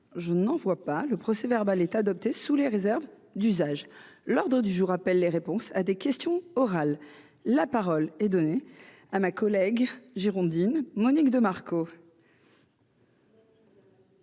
je n'en vois pas le procès-verbal est adoptée sous les réserves d'usage, l'ordre du jour appelle les réponses à des questions orales, la parole est donnée à ma collègue girondine Monique de Marco.